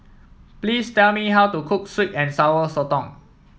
please tell me how to cook sweet and Sour Sotong